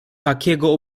takiego